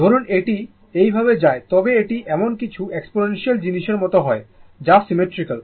ধরুন যদি এটি এইভাবে যায় তবে এটি এমন কিছু এক্সপোনেন্সিয়াল জিনিসের মতো হয় যা সিমেট্রিক্যাল